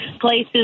places